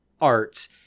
art